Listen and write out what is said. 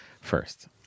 first